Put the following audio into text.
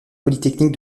polytechnique